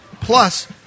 Plus